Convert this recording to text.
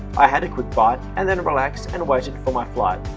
i had a quick bite and then relaxed and waited for my flight.